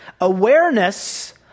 Awareness